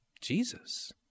Jesus